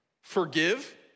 Forgive